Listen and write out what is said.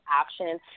option